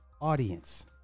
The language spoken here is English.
audience